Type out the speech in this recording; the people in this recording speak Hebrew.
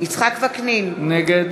יצחק וקנין, נגד